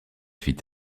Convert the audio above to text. fit